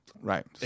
right